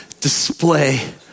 display